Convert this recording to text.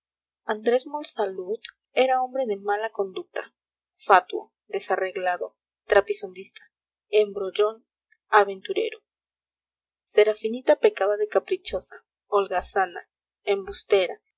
andrés monsalud era hombre de mala conducta fatuo desarreglado trapisondista embrollón aventurero serafinita pecaba de caprichosa holgazana embustera